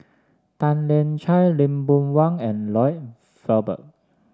Tan Lian Chye Lee Boon Wang and Lloyd Valberg